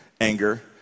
Anger